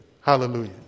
hallelujah